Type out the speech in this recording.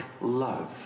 love